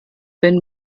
wenn